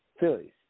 Phillies